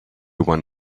one